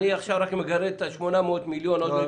מצד שני, נתנו לה את הירידה מה-100 שהיא כל כך